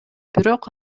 бирок